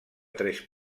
tres